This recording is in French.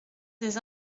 des